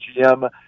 GM